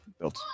built